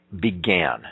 began